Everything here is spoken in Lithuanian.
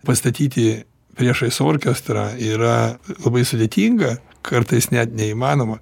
pastatyti priešais orkestrą yra labai sudėtinga kartais net neįmanoma